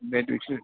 बे दुयस'